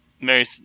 Mary